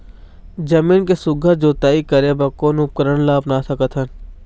जमीन के सुघ्घर जोताई करे बर कोन उपकरण ला अपना सकथन?